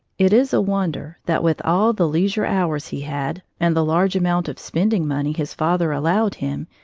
it is a wonder that with all the leisure hours he had, and the large amount of spending money his father allowed him,